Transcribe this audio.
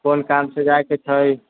कोन कामसे जायके छै